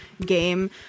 game